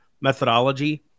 methodology